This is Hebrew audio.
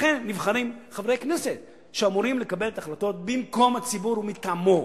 לכן נבחרים חברי כנסת שאמורים לקבל את ההחלטות במקום הציבור ומטעמו.